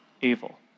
evil